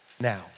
now